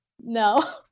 No